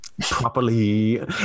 properly